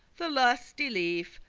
the lusty life,